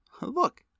Look